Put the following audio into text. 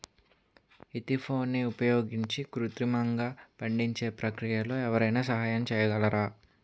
ఈథెఫోన్ని ఉపయోగించి కృత్రిమంగా పండించే ప్రక్రియలో ఎవరైనా సహాయం చేయగలరా?